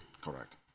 Correct